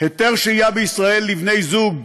היתר שהייה בישראל לבני-זוג,